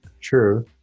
true